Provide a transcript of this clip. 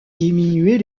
diminuer